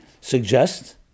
suggest